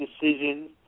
decisions